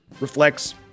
reflects